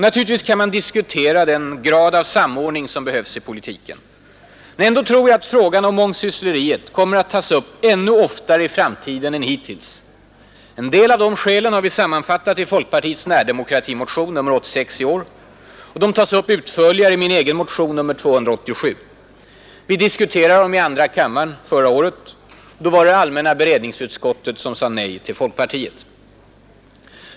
Naturligtvis kan man diskutera den grad av samordning som behövs i politiken. Ändå tror jag att frågan om mångsyssleriet kommer att tas upp ännu oftare i framtiden än hittills. En del av de skälen har vi sammanfattat i folkpartiets närdemokratimotion nr 86 i år. De tas upp utförligare i min egen motion nr 287. Vi diskuterade dem i andra kammaren förra året — då var det allmänna beredningsutskottet som sade nej till folkpartiets förslag.